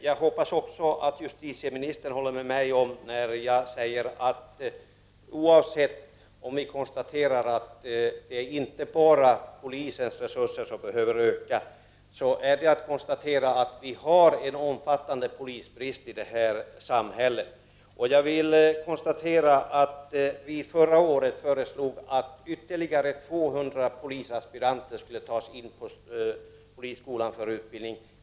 Jag hoppas att justitieministern också håller med mig när jag säger att även om det inte bara är polisens resurser som behöver ökas, så har vi en stor polisbrist i vårt samhälle. Förra året föreslog vi att ytterligare 200 aspiranter skulle tas in på polisskolan för utbildning.